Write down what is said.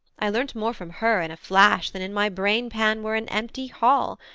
i learnt more from her in a flash, than in my brainpan were an empty hull,